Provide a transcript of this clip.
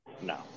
No